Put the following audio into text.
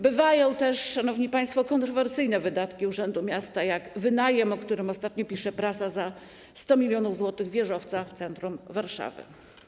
Bywają też, szanowni państwo, kontrowersyjne wydatki urzędu miasta, jak wynajem, o którym ostatnio pisze prasa, za 100 mln zł wieżowca w centrum Warszawy.